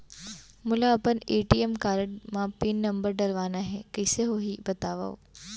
मोला अपन ATM card म पिन नंबर डलवाना हे कइसे होही बतावव?